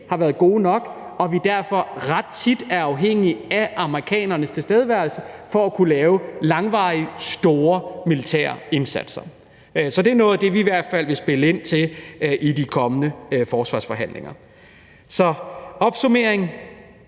har været gode nok og derfor ret tit er afhængige af amerikanernes tilstedeværelse for at kunne lave langvarige, store militære indsatser. Så det er noget af det, vi i hvert fald vil spille ind med i de kommende forsvarsforhandlinger. Så opsummering: